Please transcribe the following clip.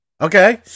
Okay